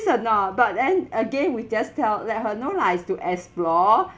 or not but then again we just tell let her know lah it's to explore